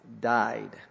died